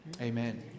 Amen